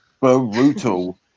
brutal